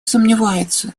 сомневается